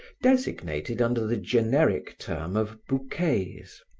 designated under the generic term of bouquets.